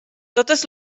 totes